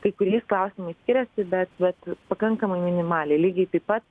kai kuriais klausimais skiriasi bet vat pakankamai minimaliai lygiai taip pat